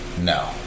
No